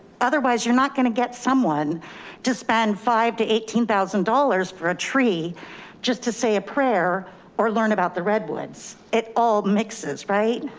otherwise you're not gonna get someone to spend five to eighteen thousand dollars for a tree just to say a prayer or learn about the redwoods. it all mixes, right?